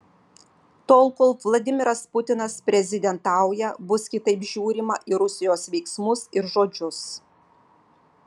tol kol vladimiras putinas prezidentauja bus kitaip žiūrima į rusijos veiksmus ir žodžius